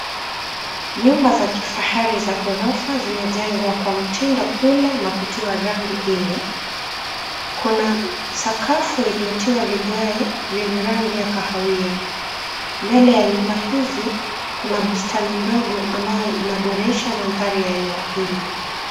Nyumba za kifahari za ghorofa zimejengwa kwa mtindo kule na kutiwa rangi ile. Kuna mchakafu iliyo tiwa vigae venye rangi ya kahawia. Mbele ya nyumba hizi kuna bustani ndogo ambayo ina boresha mandhari ya eneo hili.